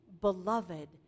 beloved